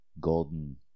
Golden